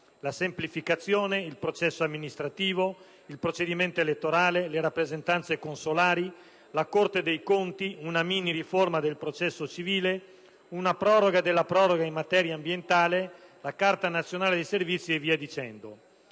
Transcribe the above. (la semplificazione, il processo amministrativo, il procedimento elettorale, le rappresentanze consolari, la Corte dei conti, una miniriforma del processo civile, una proroga della proroga in materia ambientale, la Carta nazionale dei servizi e via dicendo).